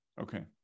okay